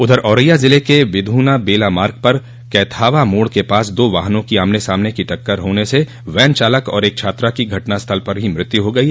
उधर औरैया जिले के विधूना बेला मार्ग पर कैथावा मोड़ के पास दो वाहनों की आमने सामने टक्कर होने से वैन चालक और एक छात्रा की घटनास्थल पर ही मौत हो गयी